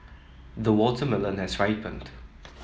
the watermelon has ripened